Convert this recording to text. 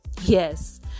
Yes